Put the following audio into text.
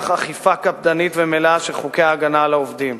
אכיפה קפדנית ומלאה של חוקי הגנה על העובדים.